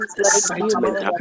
excitement